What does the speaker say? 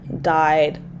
died